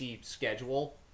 schedule